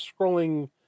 scrolling